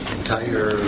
entire